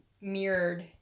mirrored